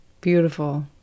Beautiful